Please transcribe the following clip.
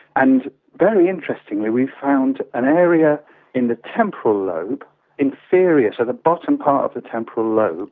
and very interestingly we found an area in the temporal lobe inferior, so the bottom part of the temporal lobe,